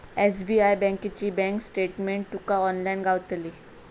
SBI बँकेची bank statement तुका online गावतली